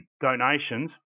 donations